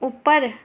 उप्पर